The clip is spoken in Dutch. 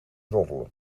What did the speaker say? roddelen